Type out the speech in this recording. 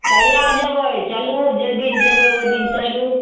कहिआ जेबय चलू जे दिन जेबय ओइ दिन चलू